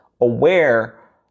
aware